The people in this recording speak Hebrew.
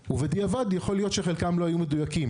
ובדיעבד יכול להיות שחלקם לא היו מדויקים.